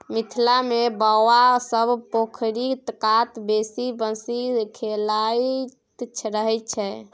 मिथिला मे बौआ सब पोखरि कात बैसि बंसी खेलाइत रहय छै